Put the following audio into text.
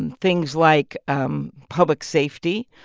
and things like um public safety,